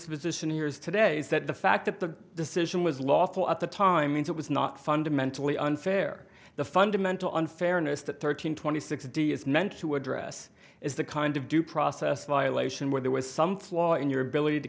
position years today is that the fact that the decision was lawful at the time means it was not fundamentally unfair the fundamental unfairness that thirteen twenty six d is meant to address is the kind of due process violation where there was some flaw in your ability to